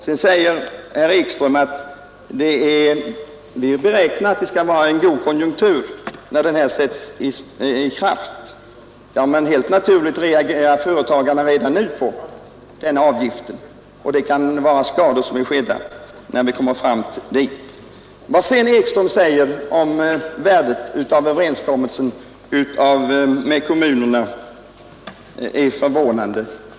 Herr Ekström påstår att det är beräknat att det skall råda en god konjunktur när bestämmelsen om den nya arbetsgivaravgiften träder i kraft. Men helt naturligt reagerar företagarna redan nu inför denna avgift, och skador kan ha skett innan vi kommer fram till ikraftträdandet. Vad herr Ekström säger om värdet av överenskommelsen med kommunerna är förvånande.